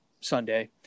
Sunday